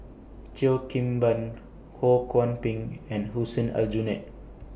Cheo Kim Ban Ho Kwon Ping and Hussein Aljunied